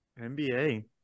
NBA